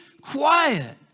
quiet